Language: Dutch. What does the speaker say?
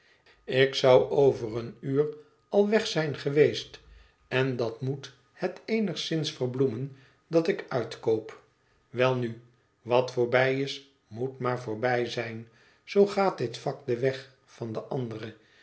ik zou over een uur al weg zijn geweest en dat moet het eenigszins verbloemen dat ik uitkoop weinul wat voorbij is moet maar voorbij zijn zoo gaat dit vak den weg van de andere